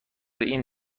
این